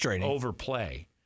overplay